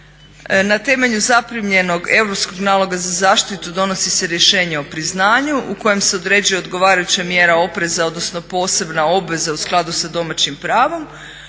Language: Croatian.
Na temelju zaprimljenog europskog naloga za zaštitu donosi se rješenje o priznanju u kojem se određuje odgovarajuća mjera opreza odnosno posebna obveza u skladu sa domaćim pravom.